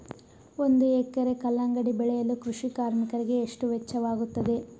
ಒಂದು ಎಕರೆ ಕಲ್ಲಂಗಡಿ ಬೆಳೆಯಲು ಕೃಷಿ ಕಾರ್ಮಿಕರಿಗೆ ಎಷ್ಟು ವೆಚ್ಚವಾಗುತ್ತದೆ?